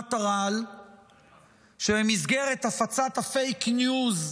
במכונת הרעל שבמסגרת הפצת הפייק ניוז,